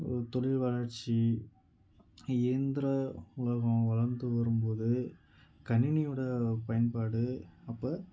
தொழில் வளர்ச்சி இயந்திர உலகம் வளர்ந்து வரும் போது கணினியோடய பயன்பாடு அப்போ